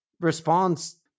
response